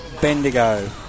Bendigo